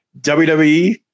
WWE